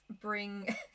bring